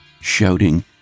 shouting